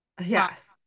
Yes